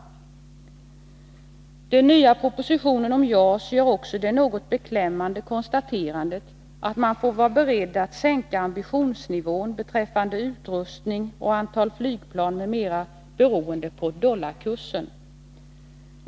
I den nya propositionen om JAS görs också det något beklämmande konstaterandet att man får vara beredd att sänka ambitionsnivån beträffande utrustning, antal flygplan m.m., beroende på dollarkursen.